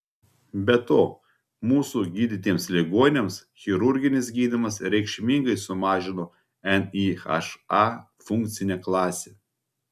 be to mūsų gydytiems ligoniams chirurginis gydymas reikšmingai sumažino nyha funkcinę klasę